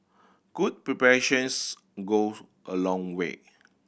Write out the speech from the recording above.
good preparations go a long way